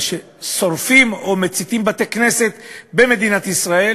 אבל כששורפים או מציתים בתי-כנסת במדינת ישראל,